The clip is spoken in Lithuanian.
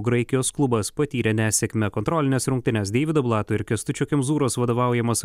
graikijos klubas patyrė nesėkmę kontrolines rungtynes deivido blato ir kęstučio kemzūros vadovaujamos